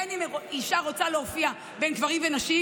בין שאישה רוצה להופיע בין גברים ונשים